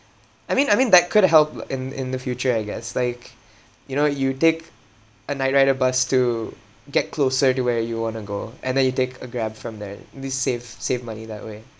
I mean I mean that could help in in the future I guess like you know you take a nightrider bus to get closer to where you want to go and then you take a Grab from there at least save save money that way